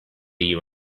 you